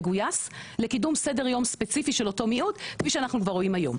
מגויס לקידום סדר יום ספציפי של אותו מיעוט כפי שאנחנו כבר רואים היום.